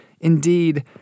Indeed